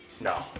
No